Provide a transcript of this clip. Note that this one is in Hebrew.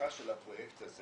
ההצלחה של הפרויקט הזה